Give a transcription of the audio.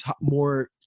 more